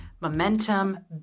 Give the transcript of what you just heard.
momentum